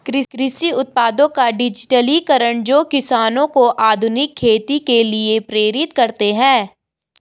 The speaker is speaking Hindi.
कृषि उत्पादों का डिजिटलीकरण जो किसानों को आधुनिक खेती के लिए प्रेरित करते है